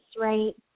right